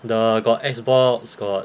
the got Xbox got